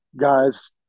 guys